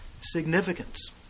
significance